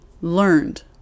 learned